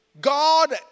God